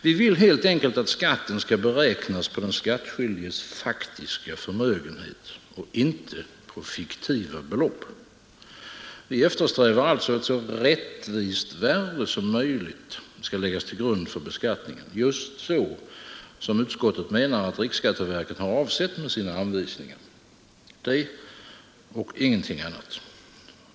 Vi vill helt enkelt att — Deräkning av skatten skall beräknas på den skattskyldiges faktiska förmögenhet och substansvärdet er inte på fiktiva belopp. Vi eftersträvar alltså att ett så rättvist värde som aktier i fåmansmöjligt skall läggas till grund för beskattningen, dvs. just vad utskottet bolag menar att riksskatteverket har avsett med sina anvisningar. Det — och ingenting annat.